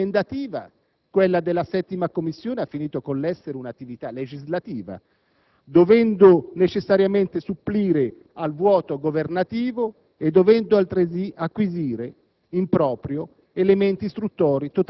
Certo, più che un'attività emendativa, quella della 7ª Commissione ha finito con l'essere un'attività legislativa, dovendo necessariamente supplire al vuoto governativo e dovendo altresì acquisire